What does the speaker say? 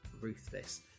Ruthless